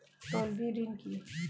তলবি ঋণ কি?